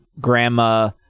Grandma